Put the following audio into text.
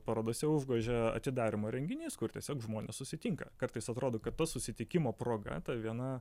parodose užgožia atidarymo renginys kur tiesiog žmonės susitinka kartais atrodo kad to susitikimo proga ta viena